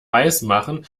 weismachen